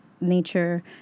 nature